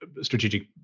strategic